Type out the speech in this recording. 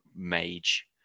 mage